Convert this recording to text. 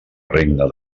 regne